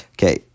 Okay